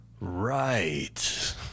right